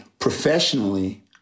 professionally